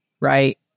right